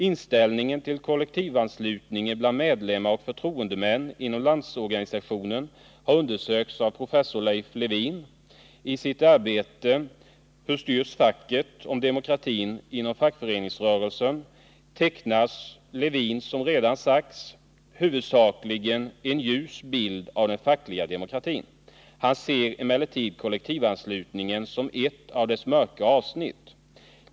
Inställningen till kollektivanslutningen bland medlemmar och förtroendemän inom Landsorganisationen har undersökts av professor Leif Lewin. I sitt arbete ”Hur styrs facket? Om demokratin inom fackföreningsrörelsen” tecknar Lewin, som redan sagts, en huvudsakligen ljus bild av den fackliga demokratin. Han ser emellertid kollektivanslutningen som ett av dess mörka avsnitt.